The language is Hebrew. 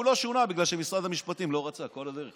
הוא לא שונה בגלל שמשרד המשפטים לא רצה כל הדרך.